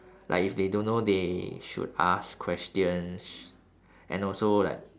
like if they don't know they should ask questions and also like